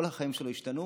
כל החיים שלו השתנו.